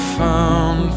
found